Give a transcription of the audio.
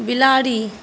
बिलाड़ि